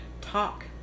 talk